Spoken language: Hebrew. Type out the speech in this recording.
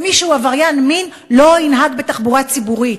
ומי שהוא עבריין מין לא ינהג בתחבורה ציבורית,